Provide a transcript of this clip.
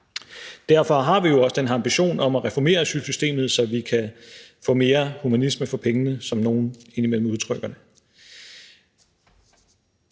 Derfor har vi også den ambition om at reformere asylsystemet, så vi kan få mere humanisme for pengene, som nogen indimellem udtrykker det.